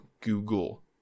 Google